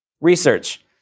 Research